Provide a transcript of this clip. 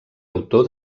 autor